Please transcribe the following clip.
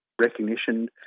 recognition